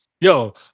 Yo